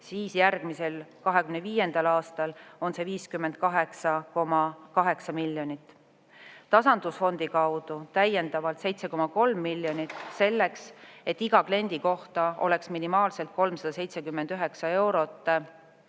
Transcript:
järgmisel, 2025. aastal on see 58,8 miljonit. Tasandusfondi kaudu läheb täiendavalt 7,3 miljonit selleks, et iga kliendi kohta oleks minimaalselt 379 eurot